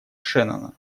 шеннона